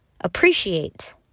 appreciate